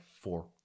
four